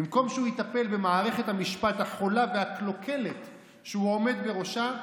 במקום שהוא יטפל במערכת המשפט החולה והקלוקלת שהוא עומד בראשה,